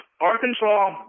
Arkansas